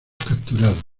capturados